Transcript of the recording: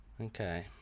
Okay